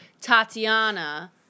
Tatiana